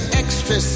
extra